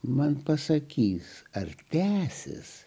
man pasakys ar tęsis